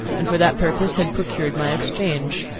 and for that purpose had procured my exchange.